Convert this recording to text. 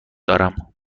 دارم